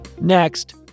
Next